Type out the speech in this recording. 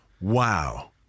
Wow